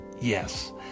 yes